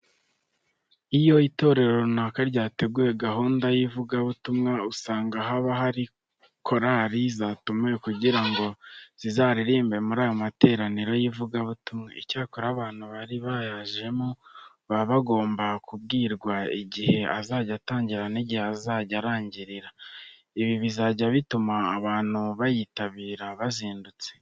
Iyo itorero runaka ryateguye gahunda y'ivugabutumwa usanga haba hari korari zatumiwe kugira ngo zizaririmbe muri ayo materaniro y'ivugabutumwa. Icyakora abantu bari buyazemo baba bagomba kubwirwa igihe azajya atangirira n'igihe azajya arangirira. Ibi bizajya bituma abantu bayitabira bazindutse.